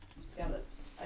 scallops